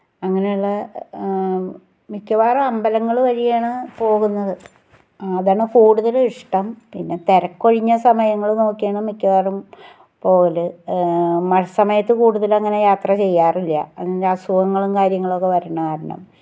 അങ്ങനെയുള്ള മിക്കവാറും അമ്പലങ്ങൾ വഴിയാണ് പോകുന്നത് അതാണ് കൂടുതലും ഇഷ്ടം പിന്നെ തിരക്കൊഴിഞ്ഞ സമയങ്ങൾ നോക്കിയാണ് മിക്കവാറും പോകൽ മഴ സമയത്ത് കൂടുതലുമങ്ങനെ യാത്ര ചെയ്യാറില്ല എൻ അസുഖങ്ങളും കാര്യങ്ങളൊക്കെ വരുന്നത് കാരണം